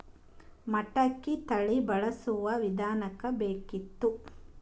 ಮಟಕಿ ತಳಿ ಬಳಸುವ ವಿಧಾನ ಬೇಕಿತ್ತು?